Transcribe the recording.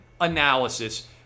analysis